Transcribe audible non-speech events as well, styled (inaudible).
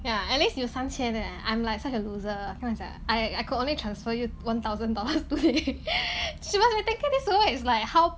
ya at least you 三千 leh I'm like such a loser cannot sia I I could only transfer you one thousand dollars today (laughs) she must be thinking like this woman is like how